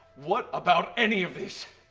what about any of this,